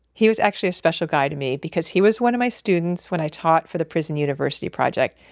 he was actually a special guy to me because he was one of my students when i taught for the prison university project.